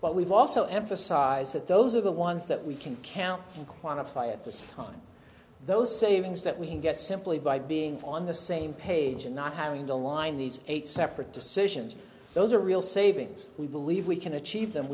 but we've also emphasized that those are the ones that we can can't quantify at this time those savings that we can get simply by being on the same page and not having to line these eight separate decisions those are real savings we believe we can achieve them